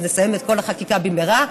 אז נסיים את כל החקיקה במהרה,